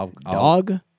Dog